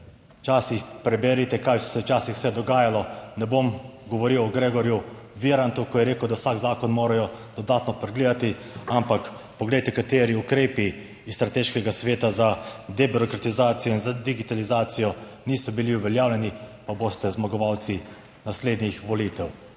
včasih preberite, kaj se je včasih vse dogajalo. Ne bom govoril o Gregorju Virantu, ko je rekel, da vsak zakon morajo dodatno pregledati, ampak poglejte, kateri ukrepi iz strateškega sveta za debirokratizacijo in za digitalizacijo niso bili uveljavljeni, pa boste zmagovalci naslednjih volitev.